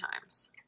times